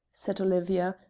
said olivia,